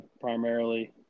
primarily